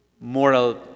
moral